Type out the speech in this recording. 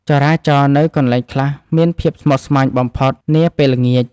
ចរាចរណ៍នៅកន្លែងខ្លះមានភាពស្មុគស្មាញបំផុតនាពេលល្ងាច។